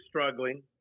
struggling